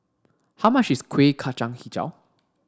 how much is Kueh Kacang Hijau